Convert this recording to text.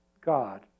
God